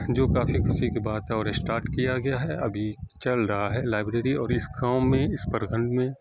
جو کافی خوشی کی بات ہے اور اسٹارٹ کیا گیا ہے ابھی چل رہا ہے لائبریری اور اس گاؤں میں اس پرکھنڈ میں